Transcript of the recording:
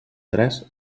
tres